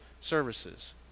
services